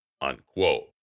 unquote